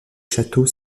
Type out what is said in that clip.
château